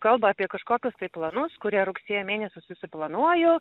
kalba apie kažkokius tai planus kurie rugsėjo mėnesį susiplanuoju